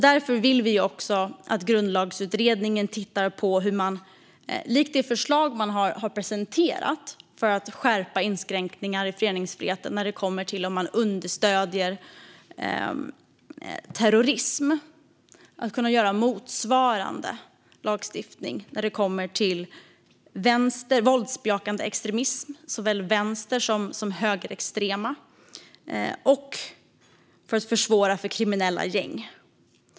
Därför vill vi att Grundlagsutredningen tittar på hur man, likt det förslag som har presenteras om att göra inskränkningar i föreningsfriheten när det kommer till understödjande av terrorism, kan göra motsvarande lagstiftning när det kommer till våldsbejakande extremism - såväl från vänsterextrema som från högerextrema - och för att försvåra för kriminella gäng.